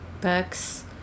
Books